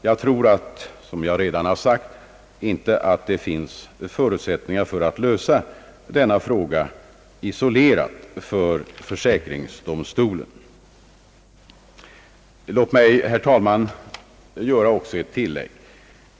Jag tror inte, såsom jag redan anfört, att det finns förutsättningar för att lösa denna fråga isolerat för försäkringsdomstolen. Herr talman! Låt mig göra ett tilllägg.